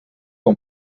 com